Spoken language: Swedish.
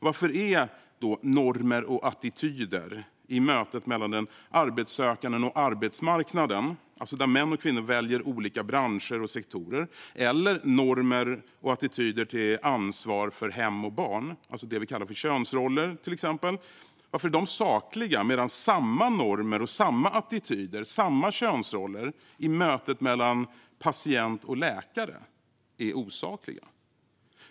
Varför är normer och attityder i mötet mellan den arbetssökande och arbetsmarknaden, där män och kvinnor väljer olika branscher och sektorer, och normer och attityder när det gäller ansvar för hem och barn, alltså till exempel det vi kallar könsroller, sakliga medan samma normer, attityder och könsroller i mötet mellan patient och läkare är osakliga?